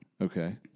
Okay